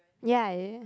ya